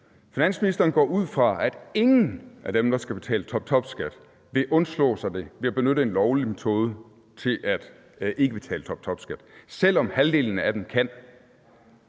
Finansministeren går ud fra, at ingen af dem, der skal betale toptopskat, vil undslå sig det ved at benytte en lovlig metode til ikke at betale toptopskat, selv om halvdelen af dem kan.